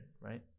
right